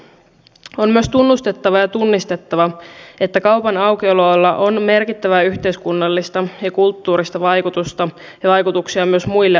on myös tunnustettava ja tunnistettava että kaupan aukioloajoilla on merkittävää yhteiskunnallista ja kulttuurista vaikutusta ja vaikutuksia myös muihin aloihin